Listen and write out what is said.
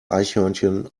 eichhörnchen